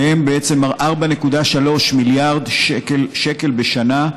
שהם בעצם 4.3 מיליארד שקל בשנה,